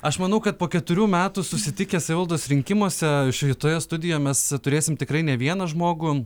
aš manau kad po keturių metų susitikę savivaldos rinkimuose šitoje studijoje mes turėsim tikrai ne vieną žmogų